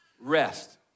rest